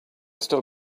still